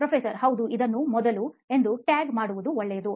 ಪ್ರೊಫೆಸರ್ಹೌದು ಇದನ್ನು 'ಮೊದಲು' ಎಂದು ಟ್ಯಾಗ್ ಮಾಡುವುದು ಒಳ್ಳೆಯದು